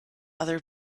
other